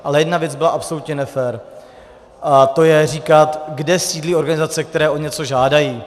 Ale jedna věc byla absolutně nefér, a to říkat, kde sídlí organizace, které o něco žádají.